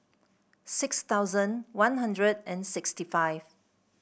six thousand One Hundred and sixty five